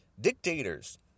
Dictators